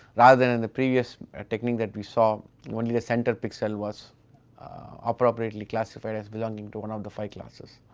rather than in the previous technique that we saw, only the central pixel was appropriately classified as belonging to one of the five classes.